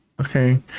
okay